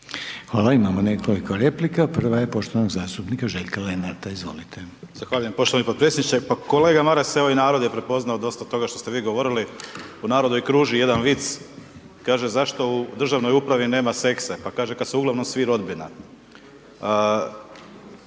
Hvala imamo nekoliko replika, prva je poštovanog zastupnika Željka Lenarta, izvolite. **Lenart, Željko (HSS)** Zahvaljujem poštovani potpredsjedniče, kolega Maras i narod je prepoznao dosta toga što ste vi govorili, u narodu kruži jedan vic, kaže zašto u državnoj upravi nema seksa, pa kaže kada su ugl. svi rodbina.